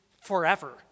forever